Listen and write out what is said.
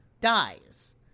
dies